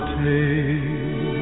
take